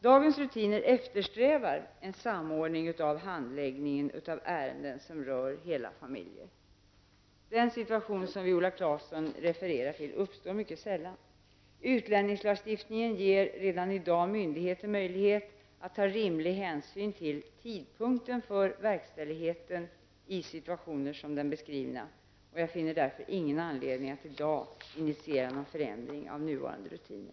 Dagens rutiner eftersträvar en samordning av handläggningen av ärenden som rör hela familjer. Den situation som Viola Claesson refererar till uppstår mycket sällan. Utlänningslagstiftningen ger redan i dag myndigheter möjlighet att ta rimlig hänsyn till tidpunkten för verkställigheten i situationer som den beskrivna. Jag finner därför ingen anledning att i dag initiera någon förändring av nuvarande rutiner.